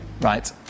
Right